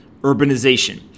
Urbanization